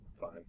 fine